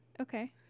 Okay